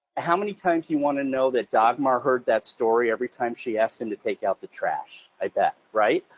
how many times do you want to know that dagmar heard that story every time she asked him to take out the trash, i bet, right?